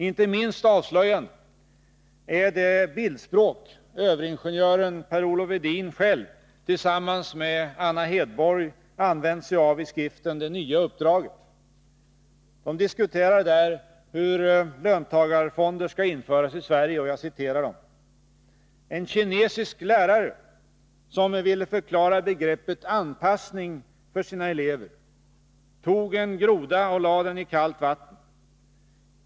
Inte minst avslöjande är det bildspråk ”överingenjören” Per-Olof Edin själv tillsammans med Anna Hedborg använt sig av i skriften ”Det nya uppdraget”. De diskuterar där hur löntagarfonder skall införas i Sverige. ”En kinesisk lärare, som ville förklara begreppet anpassning för sina elever, tog en groda och lade den i kallt vatten.